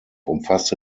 umfasste